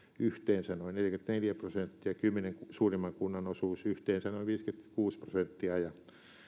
yhteensä noin neljäkymmentäneljä prosenttia kymmenen suurimman kunnan osuus yhteensä noin viisikymmentäkuusi prosenttia ja